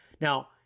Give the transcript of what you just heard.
Now